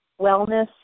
wellness